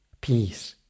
peace